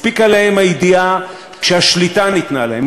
הספיקה להם הידיעה שהשליטה ניתנה להם,